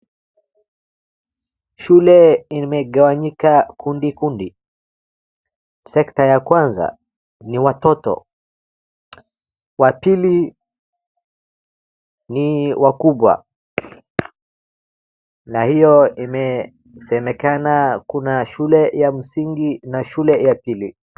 Shule imegawanyika kundi kundi; sector ya Kwanza ni watoto, wa pili ni wakubwa na hiyo imesemekana Kuna shule ya msingi na shule ya pili.